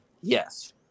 Yes